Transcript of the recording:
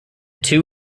two